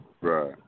Right